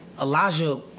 Elijah